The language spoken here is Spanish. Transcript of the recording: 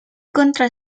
contra